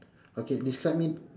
okay describe me